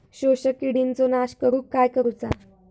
शोषक किडींचो नाश करूक काय करुचा?